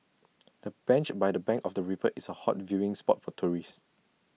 the bench by the bank of the river is A hot viewing spot for tourists